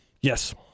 Yes